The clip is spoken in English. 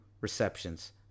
receptions